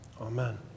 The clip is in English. Amen